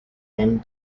end